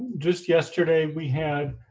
just yesterday, we had